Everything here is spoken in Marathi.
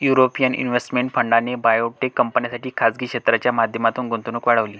युरोपियन इन्व्हेस्टमेंट फंडाने बायोटेक कंपन्यांसाठी खासगी क्षेत्राच्या माध्यमातून गुंतवणूक वाढवली